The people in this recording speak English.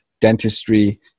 Dentistry